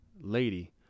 lady